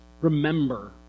remember